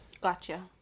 Gotcha